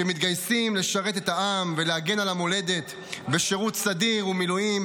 שמתגייסים לשרת את העם ולהגן על המולדת בשירות סדיר ומילואים,